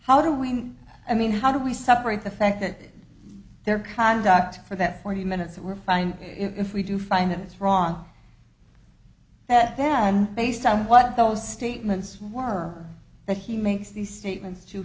how do we i mean how do we separate the fact that their conduct for that forty minutes we're fine if we do find them is wrong and then based on what those statements more are that he makes these statements to